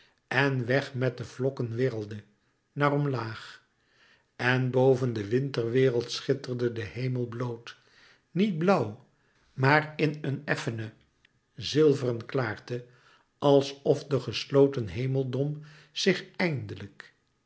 en weg met de vlokken wirrelde naar omlaag en boven de winterwereld schitterde de hemel bloot niet blauw maar in een effene zilveren klaarte als of de gesloten hemeldom zich eindelijk